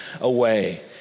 away